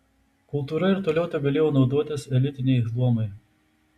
kultūra ir toliau tegalėjo naudotis elitiniai luomai